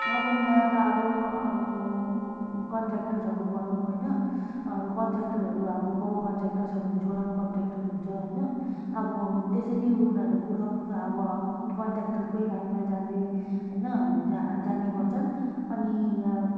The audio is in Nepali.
अब यहाँ त अब अब कन्ट्र्याक्टरहरू भनौँ होइन अब कन्ट्र्याक्टरहरू अब बाउ कन्ट्र्याक्टर छ भने छोरा पनि कन्ट्र्याक्टर हुन्छ होइन अब त्यसरी उनीहरूले पुर्खा पुर्खा अब कन्ट्र्याक्टरकै लाइनमा जाँदै होइन जा जाने गर्छन् अनि या